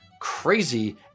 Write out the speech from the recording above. crazy